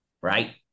Right